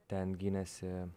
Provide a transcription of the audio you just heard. ten gynėsi